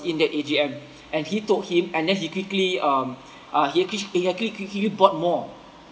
in that A_G_M and he told him and then he quickly um uh he actu~ he actually quick~ quickly bought more